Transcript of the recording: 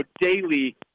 daily